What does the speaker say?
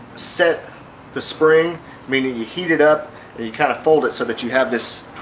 set the spring meaning you heat it up, and you kind of fold it so but you have this